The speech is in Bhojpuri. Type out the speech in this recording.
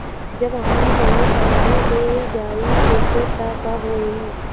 जब हम कौनो सामान ले जाई बेचे त का होही?